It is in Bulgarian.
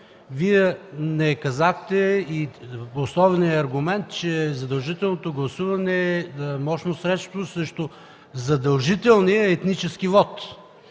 Вие не казахте основният аргумент, че задължителното гласуване е мощно средство срещу задължителния етнически вот.